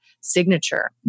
signature